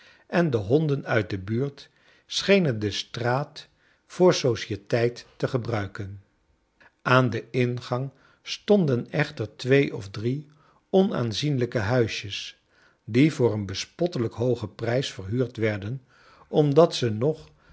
en de honden uit de buurt schenen de straat voor societeifc te gebruiken aan den ingang stonden echter twee of drie onaanzienlijke huisjes die voor een bespottelrjk hoogen prjjs verhuurd werden omdat ze nog